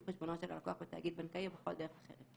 חשבונו של הלקוח בתאגיד בנקאי או בכל דרך אחרת,